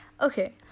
Okay